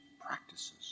practices